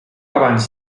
abans